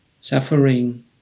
suffering